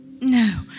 no